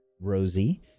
Rosie